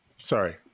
Sorry